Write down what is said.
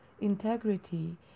integrity